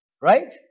Right